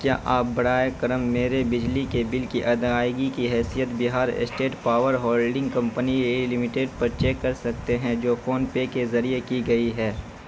کیا آپ براے کرم میرے بجلی کے بل کی ادائیگی کی حیثیت Bihar state power holding company اے لمیٹڈ پر چیک کر سکتے ہیں جو فون پے کے ذریعے کی گئی ہے